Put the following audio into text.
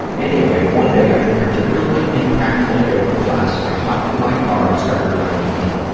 anyway, one day after a particularly impactful yoga class, i hopped in my car and started driving home.